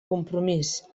compromís